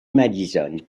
madison